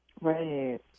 Right